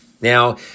Now